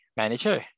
manager